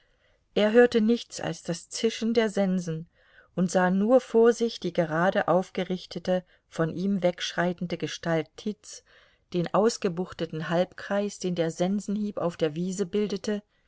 er hörte nichts als das zischen der sensen und sah nur vor sich die gerade aufgerichtete von ihm wegschreitende gestalt tits den ausgebuchteten halbkreis den der sensenhieb auf der wiese bildete